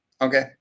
okay